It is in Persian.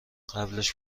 قبلش